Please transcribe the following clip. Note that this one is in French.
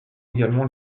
également